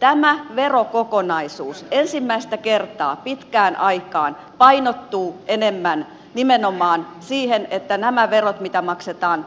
tämä verokokonaisuus ensimmäistä kertaa pitkään aikaan painottuu enemmän nimenomaan siihen että nämä verot mitä maksetaan